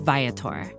Viator